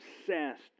obsessed